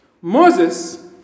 Moses